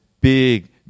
big